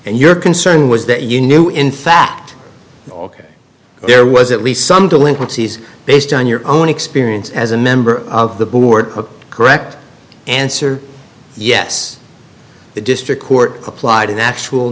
and your concern was that you knew in fact all there was at least some delinquencies based on your own experience as a member of the board correct answer yes the district court applied to natural